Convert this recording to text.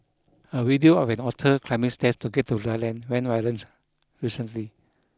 a video of an otter climbing stairs to get to land went recently